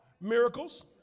Miracles